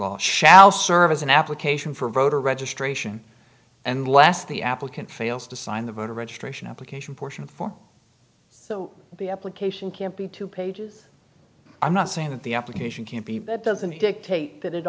law shall serve as an application for voter registration and last the applicant fails to sign the voter registration application portion for so the application can be two pages i'm not saying that the application can't be that doesn't dictate that